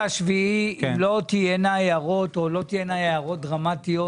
ב-15.7.2023 לא תהיינה הערות או לא תהיינה הערות דרמטיות.